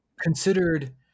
considered